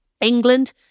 England